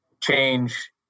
change